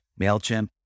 MailChimp